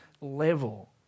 level